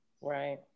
Right